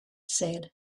said